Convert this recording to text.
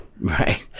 right